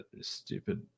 stupid